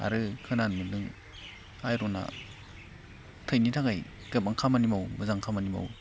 आरो खोनानो मोन्दों आइरना थैनि थाखाय गोबां खामानि मावो मोजां खामानि मावो